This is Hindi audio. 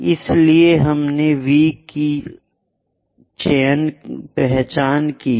इसलिए हमने V की पहचान की है